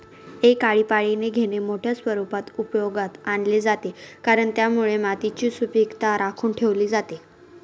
एक आळीपाळीने घेणे मोठ्या स्वरूपात उपयोगात आणले जाते, कारण त्यामुळे मातीची सुपीकता राखून ठेवली जाते